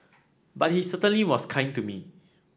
but he certainly was kind to me